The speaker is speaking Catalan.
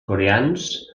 coreans